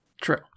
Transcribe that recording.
True